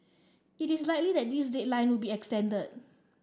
it is likely that this deadline would be extended